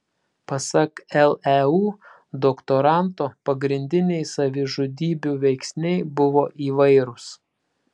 pasak leu doktoranto pagrindiniai savižudybių veiksniai buvo įvairūs